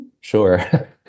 sure